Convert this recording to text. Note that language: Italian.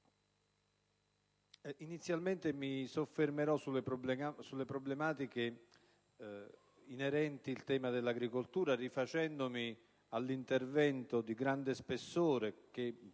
inizialmente mi soffermerò sulle problematiche inerenti al tema dell'agricoltura, rifacendomi all'intervento di grande spessore, che